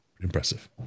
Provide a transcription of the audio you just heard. Impressive